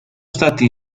stati